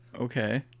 okay